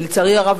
לצערי הרב,